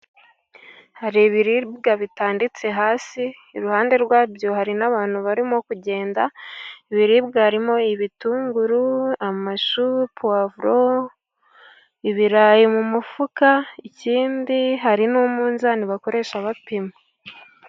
Hari ibiribwa bitanditse hasi, iruhande rwabyo hari n'abantu barimo kugenda. Ibiribwa harimo: ibitunguru, amashu, puwavuro, n'ibirayi mu mufuka. Ikindi hari n' umunzani bakoresha bapima.